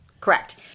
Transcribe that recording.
Correct